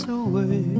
away